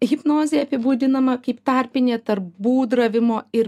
hipnozė apibūdinama kaip tarpinė tarp būdravimo ir